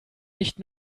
nicht